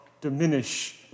diminish